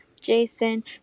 jason